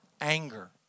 anger